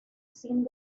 sin